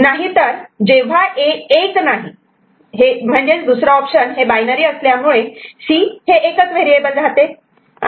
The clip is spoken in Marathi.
नाहीतर जेव्हा A '1' नाही तर दुसरा ऑप्शन हे बाइनरी binary असल्यामुळे C एकच व्हेरिएबल राहते